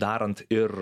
darant ir